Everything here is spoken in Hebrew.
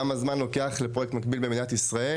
כמה זמן לוקח לפרויקט מקביל במדינת ישראל?